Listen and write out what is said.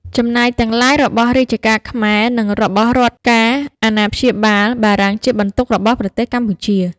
ចំណាយទាំងឡាយរបស់រាជការខ្មែរ និងរបស់រដ្ឋការអាណាព្យាបាលបារាំងជាបន្ទុករបស់ប្រទេសកម្ពុជា។